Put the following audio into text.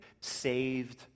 saved